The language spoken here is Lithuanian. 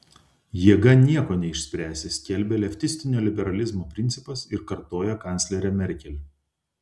jėga nieko neišspręsi skelbia leftistinio liberalizmo principas ir kartoja kanclerė merkel